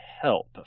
help